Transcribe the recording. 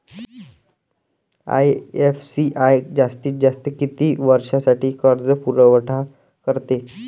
IFCI जास्तीत जास्त किती वर्षासाठी कर्जपुरवठा करते?